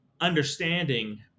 understanding